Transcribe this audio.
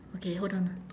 okay hold on ah